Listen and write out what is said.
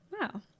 Wow